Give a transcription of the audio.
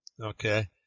okay